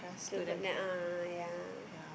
so but uh yea